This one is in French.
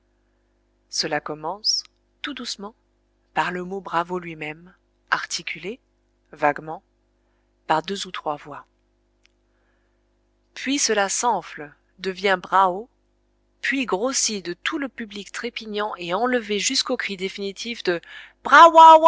cela commence tout doucement par le mot bravo lui-même articulé vaguement par deux ou trois voix puis cela s'enfle devient brao puis grossit de tout le public trépignant et enlevé jusqu'au cri définitif de